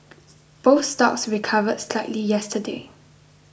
both stocks recovered slightly yesterday